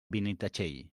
benitatxell